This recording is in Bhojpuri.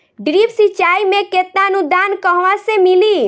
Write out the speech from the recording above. ड्रिप सिंचाई मे केतना अनुदान कहवा से मिली?